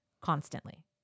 constantly